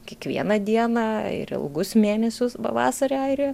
kiekvieną dieną ir ilgus mėnesius pavasarį airijoje